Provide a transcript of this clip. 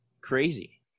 Crazy